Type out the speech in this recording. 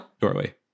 doorway